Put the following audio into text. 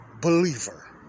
believer